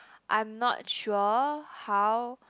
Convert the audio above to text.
I'm not sure how